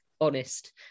honest